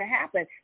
happen